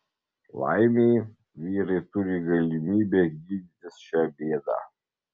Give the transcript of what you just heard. laimei vyrai turi galimybę gydytis šią bėdą